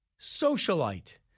socialite